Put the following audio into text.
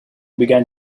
began